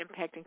impacting